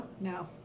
No